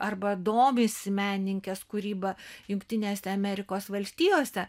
arba domisi menininkės kūryba jungtinėse amerikos valstijose